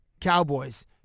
cowboys